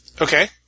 Okay